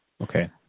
Okay